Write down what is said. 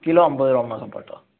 kilo ஐம்பதுருவாமா சப்போட்டா